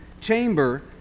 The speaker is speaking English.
chamber